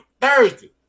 Thursday